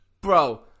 Bro